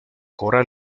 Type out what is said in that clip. coral